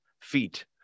feet